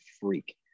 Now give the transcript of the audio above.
freak